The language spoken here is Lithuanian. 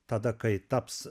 tada kai taps